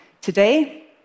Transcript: Today